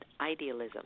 Idealism